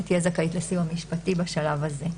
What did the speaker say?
היא תהיה זכאית לסיוע משפטי בשלב הזה.